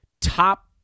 top